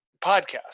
podcast